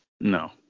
No